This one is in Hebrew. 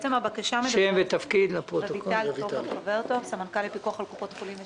אני סמנכ"ל לפיקוח על קופות חולים בשב"ן.